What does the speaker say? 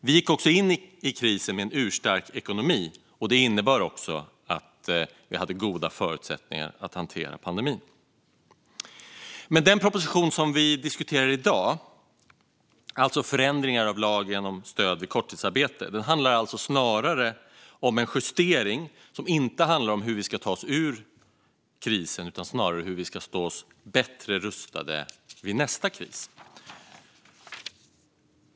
Vi gick även in i krisen med en urstark ekonomi, vilket innebar att vi hade goda förutsättningar att hantera pandemin. Den proposition vi diskuterar i dag, om förändringar i lagen om stöd vid korttidsarbete, handlar om en justering. Det handlar inte om hur vi ska ta oss ur krisen utan snarare om hur vi ska stå bättre rustade vid nästa kris.